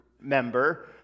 member